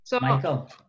Michael